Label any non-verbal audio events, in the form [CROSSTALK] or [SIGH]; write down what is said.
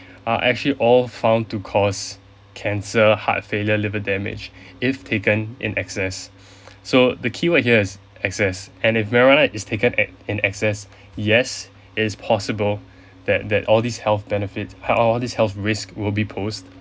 [BREATH] are actually all found to cause cancer heart failure liver damage [BREATH] if taken in excess [NOISE] so the key word here is excess and if marijuana is taken ex~ in excess yes it is possible [BREATH] that that all these health benefit all all these risk will be posed